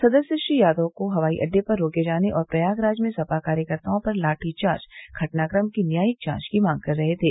सदस्य श्री यादव को हवाई अड्डे पर रोके जाने और प्रयागराज में सपा कार्यकर्ताओं पर लाठी चार्ज घटनाक्रम की न्यायिक जांच की मांग कर रहे थे